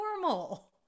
normal